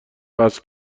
وصل